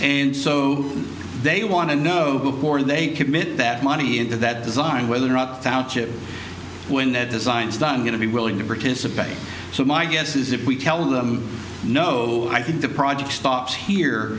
and they want to know before they commit that money into that design whether or not when that designs done going to be willing to participate so my guess is if we tell them no i think the project stops here